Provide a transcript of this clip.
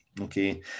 okay